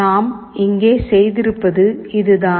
நாம் இங்கே செய்திருப்பது இதுதான்